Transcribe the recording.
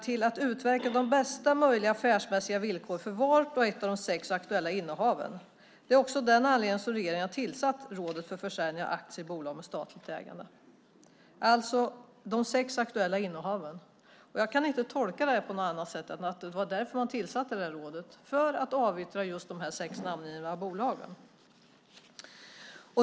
till att utverka bästa möjliga affärsmässiga villkor för vart och ett av de sex aktuella innehaven. Det är också av den anledningen som regeringen har tillsatt Rådet för försäljning av aktier i bolag med statligt ägande" - alltså de sex aktuella innehaven. Jag kan inte tolka detta på annat sätt än att man tillsatte rådet just för att avyttra de sex namngivna bolagen.